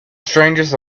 strangest